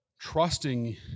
trusting